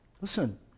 listen